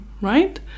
right